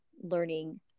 learning